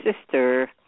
sister